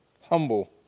humble